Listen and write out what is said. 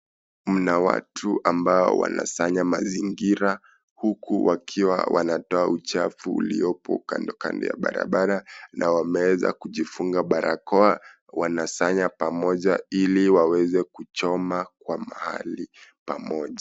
Mna watu ambao wanasanya mazingira huku wakiwa wanatoa uchafu uliopo kandokando ya barabara na wameweza kujifunga barakoa, wanasanya pomoja ili waweze kuchoma kwa mahali pamoja.